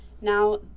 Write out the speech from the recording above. Now